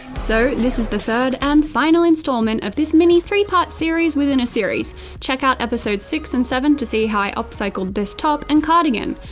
so this is the third and final installment of this mini three part series-within-a-series check out episodes six and seven to see how i upcycled this top and cardigan!